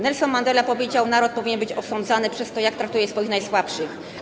Nelson Mandela powiedział: naród powinien być osądzany przez to, jak traktuje swoich najsłabszych.